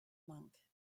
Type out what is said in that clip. monk